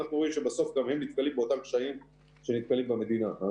אנחנו רואים שבסוף גם הם נתקלים באותם קשיים שנתקלים במדינה.